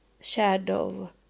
shadow